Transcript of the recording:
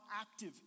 active